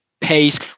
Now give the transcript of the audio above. pace